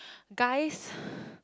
guys